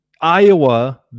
Iowa